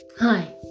Hi